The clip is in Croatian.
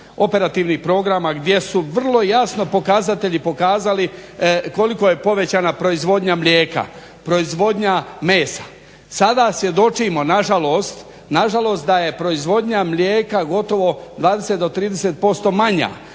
operativnih programa gdje su vrlo jasno pokazatelji pokazali koliko je povećana proizvodnja mlijeka, proizvodnja mesa. Sada svjedočimo na žalost, na žalost da je proizvodnja mlijeka gotovo 20 do 30% manja,